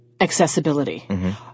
accessibility